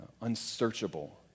unsearchable